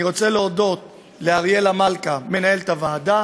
אני רוצה להודות לאריאלה מלכה, מנהלת הוועדה,